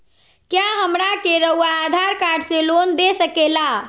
क्या हमरा के रहुआ आधार कार्ड से लोन दे सकेला?